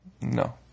No